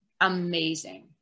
amazing